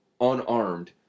unarmed